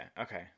okay